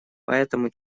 поэтому